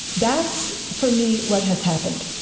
that's, for me, what has happened